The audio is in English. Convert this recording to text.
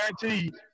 guaranteed